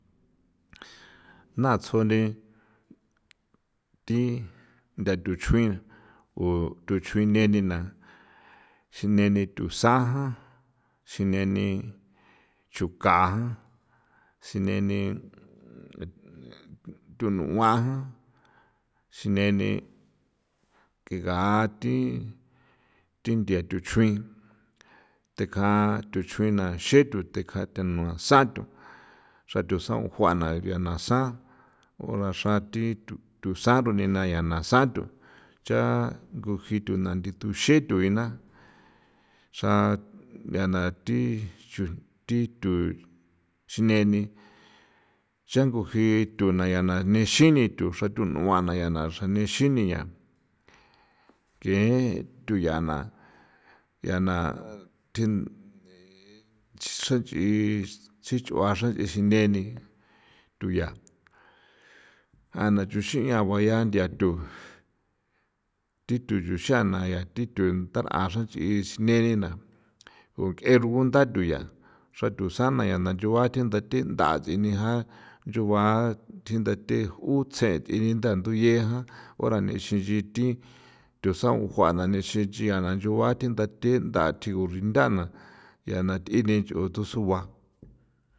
Na tsjuni thi ntha tuchuin na o tuchuin neni na si neni thunsan jan, si neni chuka jan, si neni thunua jan, si neni ke gathi thi nthia thuchuin thekjan tuchuin na xethu thekja thenua sathu xra thu saon guana ya na san o xra thi thu san cha ni ji nuna thi thuxe thue xra thi thu san cha nguji nuna thi thuxe thue xra thi xuthi thi thu sine ni xan nguji thu na ya na nexi nithu xra thunua ya na xra nexi ni ya nge thu ya na ya na thin xan ch'i xich'ua xa nch'i si neni thu ya ja na chuxin 'ian baya nthia thu thi thu xuxana ya thithu ndar'a xra nch'i si neni na o nk'e rugunda thuya xra thusan na ya na nchugua nda the ntha thi sina na yuba thindathe jutse thiri nda nduye jan, ora nixin nchi thi thusaon jua na nixin nchia na yuba thindathe nda tigu rindana ya na th'ini nts'u tusugua.